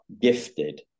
gifted